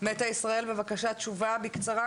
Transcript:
"מטא ישראל" בבקשה תשובה בקצרה,